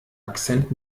akzent